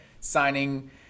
signing